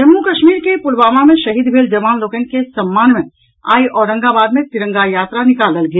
जम्मू कश्मीर के पुलवामा मे शहीद भेल जवान लोकनिके सम्मान मे आइ औरंगाबाद मे तिरंगा यात्रा निकालल गेल